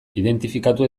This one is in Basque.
identifikatu